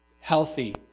healthy